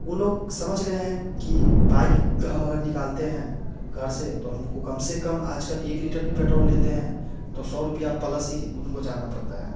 वो लोग समझ गए हैं कि बाइक अगर हम निकालते हैं घर से तो हम को कम से कम आज कल एक लीटर भी पेट्रोल लेते हैं तो सौ रुपये पलस ही उनको जाना पड़ता है